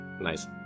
Nice